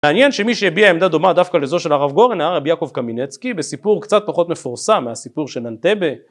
מעניין שמי שהביע עמדה דומה דווקא לזו של הרב גורן, הרב יעקב קמינצקי, בסיפור קצת פחות מפורסם מהסיפור של אנטבה